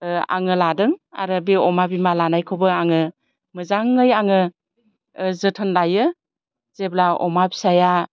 आङो लादों आरो बे अमा बिमा लानाखौबो आङो मोजाङै आङो जोथोन लायो जेब्ला अमा फिसाया